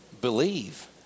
Believe